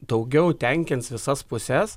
daugiau tenkins visas puses